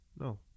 No